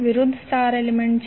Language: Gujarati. વિરુદ્ધ સ્ટાર એલિમેન્ટ્ 20 છે